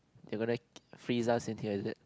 they gonna freeze us in here is it